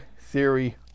theory